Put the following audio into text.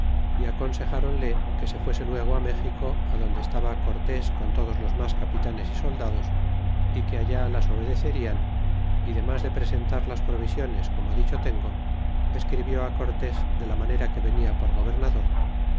y aconsejáronle que se fuese luego méxico adonde estaba cortes con todos los mas capitanes y soldados y que allá las obedecerian y demas de presentar las provisiones como dicho tengo escribió cortés de la manera que venia por gobernador